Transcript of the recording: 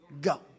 go